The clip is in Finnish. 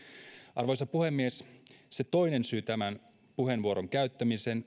arvoisa puhemies se toinen syy tämän puheenvuoron käyttämiseen